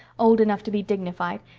old enough to be dignified,